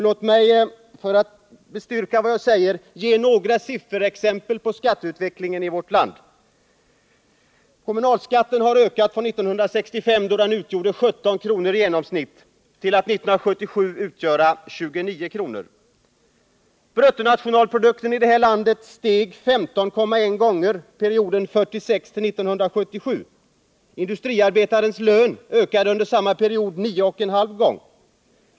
Låt mig för att stryka under vad jag säger ge några sifferexempel på skatteutvecklingen i vårt land. Kommunalskatten har ökat från 1965, då den utgjorde 17 kr. i genomsnitt, till att 1977 utgöra 29 kr. Bruttonationalprodukten i landet steg 15,1 gånger under perioden 1946-1977. Industriarbetarens lön ökade under samma period 9,5 gånger.